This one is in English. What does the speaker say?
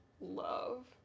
love